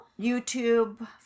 YouTube